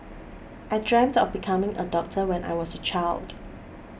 I dreamt of becoming a doctor when I was a child